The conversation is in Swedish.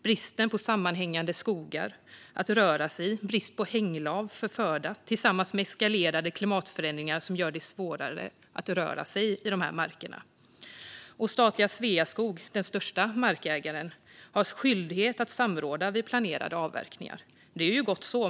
Bristen på sammanhängande skogar att röra sig i och bristen på hänglav som föda tillsammans med eskalerande klimatförändringar gör det svårare att röra sig i dessa marker. Statliga Sveaskog, den största markägaren, har skyldighet att samråda vid planerade avverkningar. Det är gott så.